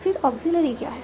फिर ऑग्ज़ीलियरी क्या है